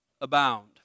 abound